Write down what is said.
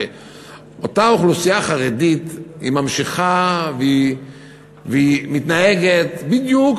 אותה אוכלוסייה חרדית ממשיכה ומתנהגת בדיוק